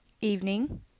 evening